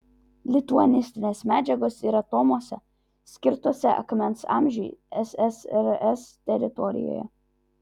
lituanistinės medžiagos yra tomuose skirtuose akmens amžiui ssrs teritorijoje